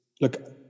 look